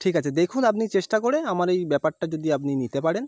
ঠিক আছে দেখুন আপনি চেষ্টা করে আমার এই ব্যাপারটা যদি আপনি নিতে পারেন